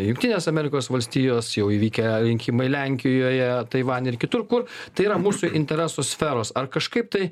jungtinės amerikos valstijos jau įvykę rinkimai lenkijoje taivanyje ir kitur kur tai yra mūsų interesų sferos ar kažkaip tai